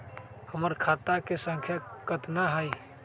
हमर खाता के सांख्या कतना हई?